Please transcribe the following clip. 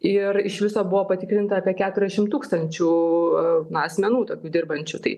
ir iš viso buvo patikrinta apie keturiasdešimt tūkstančių na asmenų tokių dirbančių tai